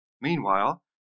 Meanwhile